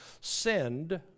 send